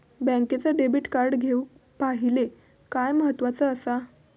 बँकेचा debit card घेउक पाहिले काय महत्वाचा असा?